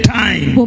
time